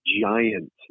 giant